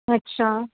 ਅੱਛਾ